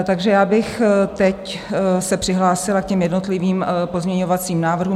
Takže já bych teď se přihlásila k těm jednotlivým pozměňovacím návrhům.